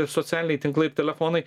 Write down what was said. socialiniai tinklai ir telefonai